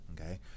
okay